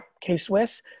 K-Swiss